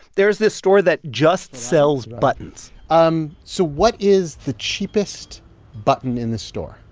there is this store that just sells buttons um so what is the cheapest button in this store?